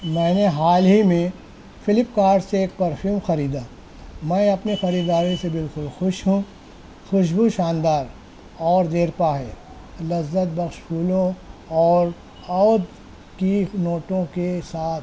میں نے حال ہی میں فلپ کارٹ سے ایک پرفیوم خریدا میں اپنی خریداری سے بالکل خوش ہوں خوشبو شاندار اور دیرپا ہے لذت بخش پھولوں اور عود کی نوٹوں کے ساتھ